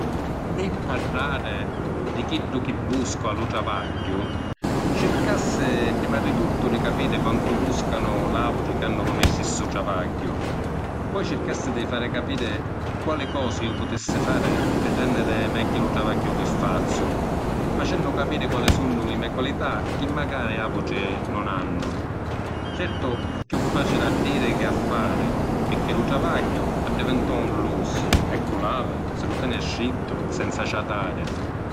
Pi parrari di chiddu chi vuscu a lu travagghiu, circassi prima di tuttu di capiri quantu vuscanu l’autri chi hannu lu me’ stissu travagghiu. Poi circassi di fari capiri quali cosi iu putissi fari pi rènniri megghiu lu travagghiu chi fazzu, facennu capiri quali sunnu li me’ qualità chi magari autri nun hannu. Certu è chiù facili a diri chi a fari, pirchì lu travagghiu addivintò un lussu e cu’ l’havi si lu teni strittu senza ciatari.